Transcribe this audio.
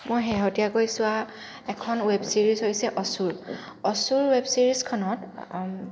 মই শেহতীয়াকৈ চোৱা এখন ৱেব ছিৰিজ হৈছে অসুৰ অসুৰ ৱেব ছিৰিজখনত